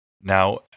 Now